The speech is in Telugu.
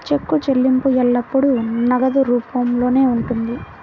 చెక్కు చెల్లింపు ఎల్లప్పుడూ నగదు రూపంలోనే ఉంటుంది